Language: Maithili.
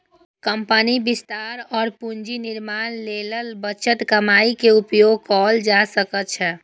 कंपनीक विस्तार और पूंजी निर्माण लेल बचल कमाइ के उपयोग कैल जा सकै छै